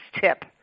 tip